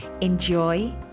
Enjoy